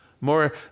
more